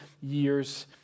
years